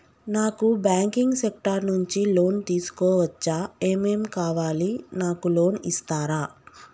నాకు banking sector నుంచి loan తీసుకోవచ్చా? ఏమేం కావాలి? నాకు లోన్ ఇస్తారా?